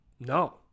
No